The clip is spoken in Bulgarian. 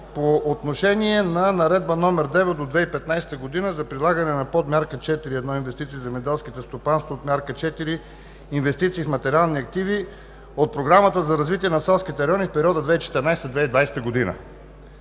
по отношение на Наредба № 9 от 2015 г. за прилагане на подмярка 4.1 „Инвестиции в земеделските стопанства“ от мярка 4 „Инвестиции в материални активи“ от Програмата за развитие на селските райони в периода 2014 – 2020 г.